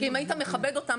כי אם היית מכבד אותם,